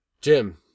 Jim